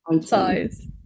size